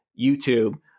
YouTube